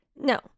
no